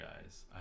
guys